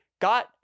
got